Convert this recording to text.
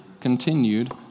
continued